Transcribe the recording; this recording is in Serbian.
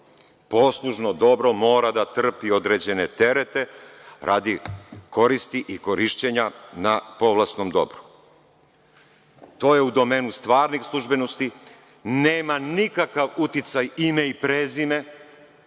Poslužno dobro mora da trpi određene terete radi koristi i korišćenja na povlasnom dobru. To je u domenu stvarnih službenosti. Nema nikakav uticaj ime i prezime,